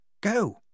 Go